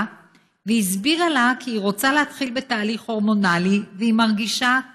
והיא הסבירה לה כי היא רוצה להתחיל בתהליך הורמונלי והיא מרגישה כאישה.